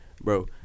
Bro